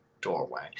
doorway